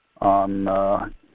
On